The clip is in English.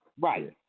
Right